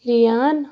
رِیان